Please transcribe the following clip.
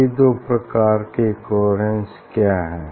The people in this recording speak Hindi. ये दो प्रकार के कोहेरेन्स क्या हैं